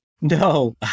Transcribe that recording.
No